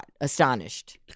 astonished